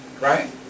Right